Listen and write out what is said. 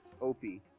Opie